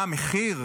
מה המחיר?